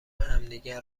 همدیگه